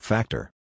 Factor